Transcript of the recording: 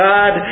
God